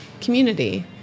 community